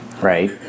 Right